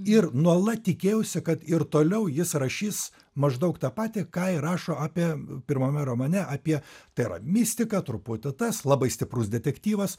ir nuolat tikėjausi kad ir toliau jis rašys maždaug tą patį ką ir rašo apie pirmame romane apie tai yra mistika truputį tas labai stiprus detektyvas